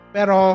Pero